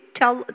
tell